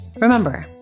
remember